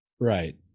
Right